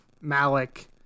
Malik